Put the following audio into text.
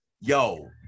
yo